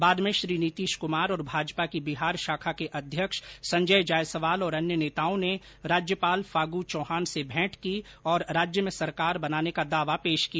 बाद में श्री नीतीश कुमार और भाजपा की बिहार शाखा के अध्यक्ष संजय जायसवाल और अन्य नेताओं ने राज्यपाल फागू चौहान से भेंट की और राज्य में सरकार बनाने का दावा पेश किया